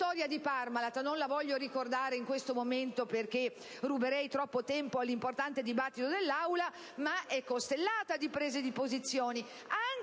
La storia di Parmalat - non la voglio ricordare in questo momento perché ruberei troppo tempo all'importante dibattito dell'Aula - è costellata di prese di posizione,